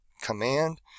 command